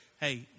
hey